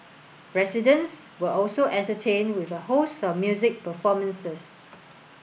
residents were also entertained with a host of music performances